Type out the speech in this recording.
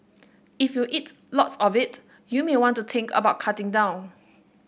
if you eat lots of it you may want to think about cutting down